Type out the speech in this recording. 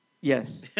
Yes